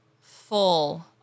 full